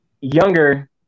younger